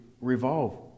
revolve